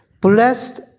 blessed